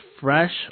fresh